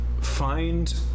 find